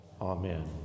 amen